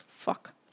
Fuck